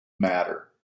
matter